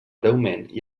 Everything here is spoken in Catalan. breument